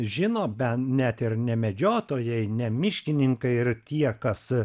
žino bet net ir ne medžiotojai ne miškininkai ir tie kas